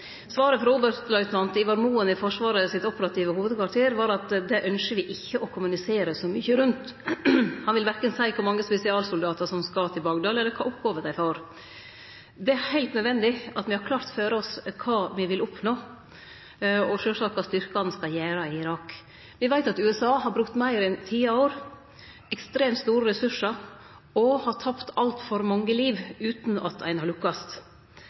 Svaret frå oberstløytnant Ivar Moen i Forsvarets operative hovedkvarter var at det ynskjer me ikkje å kommunisere så mykje rundt. Han vil verken seie kor mange spesialsoldatar som skal til Bagdad, eller kva oppgåver dei får. Det er heilt nødvendig at me har klårt for oss kva me vil oppnå, og sjølvsagt kva styrkane skal gjere i Irak. Me veit at USA har brukt meir enn ti år og ekstremt store ressursar og har tapt altfor mange liv utan at ein har lukkast.